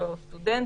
או סטודנטים.